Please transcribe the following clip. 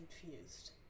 confused